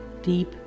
deep